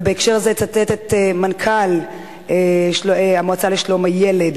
ובהקשר זה אצטט את מנכ"ל המועצה לשלום הילד,